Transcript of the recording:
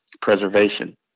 Preservation